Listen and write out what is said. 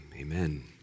Amen